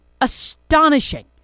astonishing